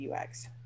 UX